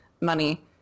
money